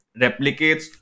replicates